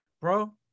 bro